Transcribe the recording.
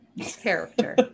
character